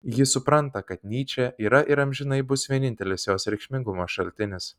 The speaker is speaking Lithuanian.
ji supranta kad nyčė yra ir amžinai bus vienintelis jos reikšmingumo šaltinis